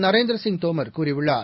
நரேந்திரசிங் தோமர் கூறியுள்ளார்